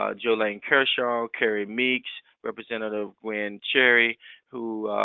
um joe lang kershaw, carrie meeks, representative gwen cherry who